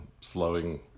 slowing